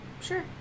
Sure